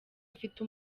afite